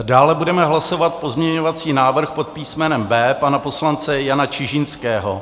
Dále budeme hlasovat pozměňovací návrh pod písmenem B pana poslance Jana Čižinského.